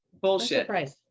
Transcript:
Bullshit